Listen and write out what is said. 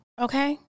Okay